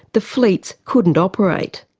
the fleets couldn't operate.